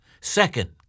Second